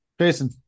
Jason